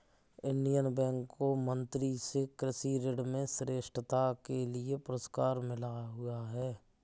Indian Bank को मंत्री से कृषि ऋण में श्रेष्ठता के लिए पुरस्कार मिला हुआ हैं